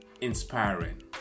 inspiring